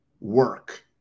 work